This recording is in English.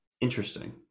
Interesting